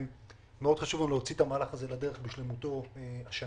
מאוד חשוב לנו להוציא את המהלך הזה לדרך בשלמותו השנה.